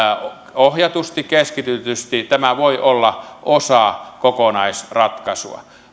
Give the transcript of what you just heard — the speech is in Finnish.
ohjatusti keskitetysti tämä voi olla osa kokonaisratkaisua